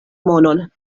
monon